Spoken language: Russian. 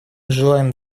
желаем